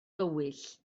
dywyll